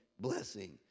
blessing